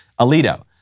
Alito